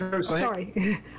sorry